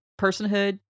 personhood